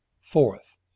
Fourth